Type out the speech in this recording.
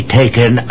taken